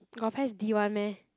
got pes D [one] meh